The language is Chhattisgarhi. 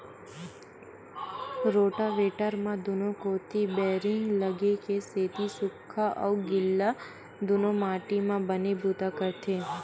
रोटावेटर म दूनो कोती बैरिंग लगे के सेती सूख्खा अउ गिल्ला दूनो माटी म बने बूता करथे